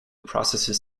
processes